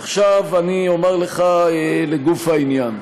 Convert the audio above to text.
עכשיו אני אומר לך לגוף העניין,